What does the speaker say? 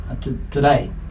today